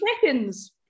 seconds